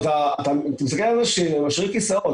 אתה רואה שהוא משאיר כיסאות,